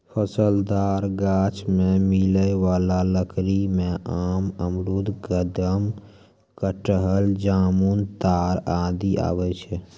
फलदार गाछ सें मिलै वाला लकड़ी में आम, अमरूद, कदम, कटहल, जामुन, ताड़ आदि आवै छै